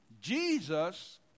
Jesus